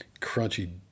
crunchy